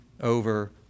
over